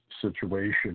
situation